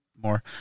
more